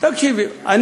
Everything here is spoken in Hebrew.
לא להיות חבר שלי.